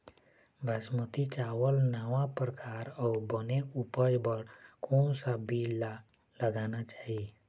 बासमती चावल नावा परकार अऊ बने उपज बर कोन सा बीज ला लगाना चाही?